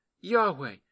Yahweh